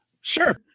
Sure